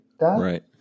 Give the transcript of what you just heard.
Right